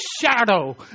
shadow